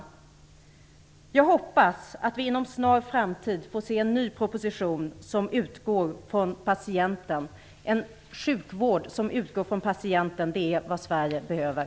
Jag hoppas att vi inom snar framtid får se en ny proposition som utgår från patienten. En sjukvård som utgår från patienten är vad Sverige behöver.